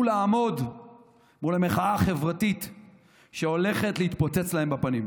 לעמוד מול המחאה החברתית שהולכת להתפוצץ להם בפנים.